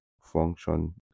function